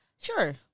Sure